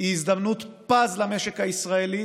היא הזדמנות פז למשק הישראלי